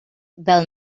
del